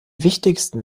wichtigsten